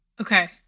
Okay